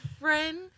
friend